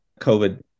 COVID